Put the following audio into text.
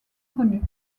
connus